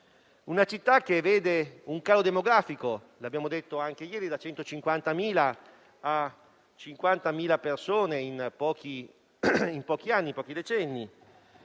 Una città che vede un calo demografico, come abbiamo detto anche ieri: da 150.000 a 50.000 persone in pochi decenni.